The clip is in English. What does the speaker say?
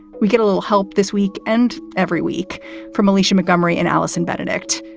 we get a little help this week and every week from alicia montgomery and allison benedikt.